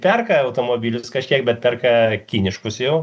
perka automobilius kažkiek bet perka kiniškus jau